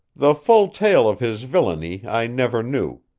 the full tale of his villainy i never knew,